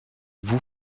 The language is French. vous